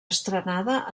estrenada